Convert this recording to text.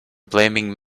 blaming